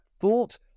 thought